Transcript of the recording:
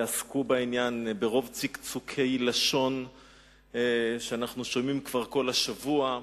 יעסקו בעניין ברוב צקצוקי לשון שאנחנו שומעים כבר כל השבוע,